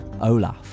Olaf